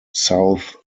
south